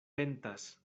pentas